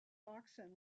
oxen